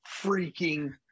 freaking